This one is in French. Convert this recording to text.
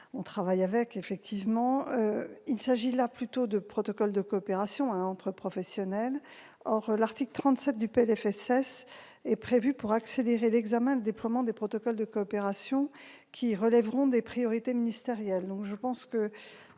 à travailler avec les différentes filières. Il s'agit plutôt de protocoles de coopération entre professionnels. Or l'article 37 du PLFSS vise à accélérer l'examen des déploiements des protocoles de coopération qui relèveront des priorités ministérielles.